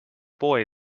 boy